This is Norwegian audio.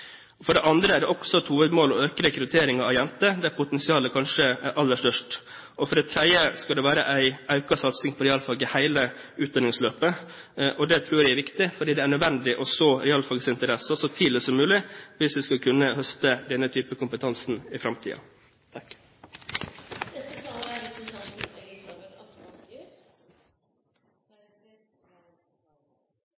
For det andre er det også et hovedmål å øke rekrutteringen av jenter, der potensialet kanskje er aller størst. Og for det tredje skal det være en økt satsing på realfag i hele utdanningsløpet. Det tror jeg er viktig, for det er nødvendig å så realfaginteressen så tidlig som mulig hvis vi skal kunne høste denne type kompetanse i framtiden. Realfagene er selve drivkraften i olje- og gassnæringen. Da er